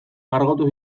margotu